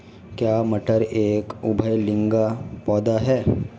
क्या मटर एक उभयलिंगी पौधा है?